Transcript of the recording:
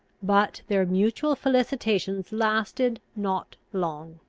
but their mutual felicitations lasted not long.